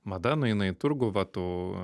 mada nueina į turgų va tau